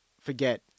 forget